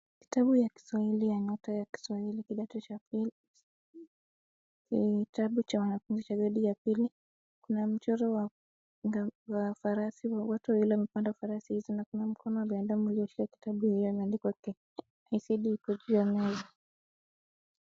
Kitabu ya kiswahili cha nyota ya kiswahili kidato cha pili, ni kitabu cha wanafunzi wa gredi ya pili kuna mchoro wa punda wa farasi, wote wawili wamepanda farasi hizi na kuna mkono wa binadamu ulioshika kitabu iliyoandikwa KCB hapo kwa meza.